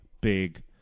big